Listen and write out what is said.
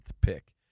pick